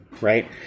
right